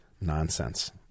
nonsense